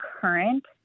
current